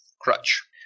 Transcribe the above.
Crutch